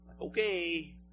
okay